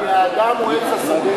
כי האדם הוא עץ השדה.